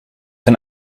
een